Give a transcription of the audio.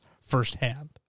firsthand